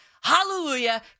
Hallelujah